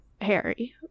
Harry